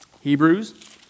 Hebrews